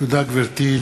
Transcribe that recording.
תודה, גברתי.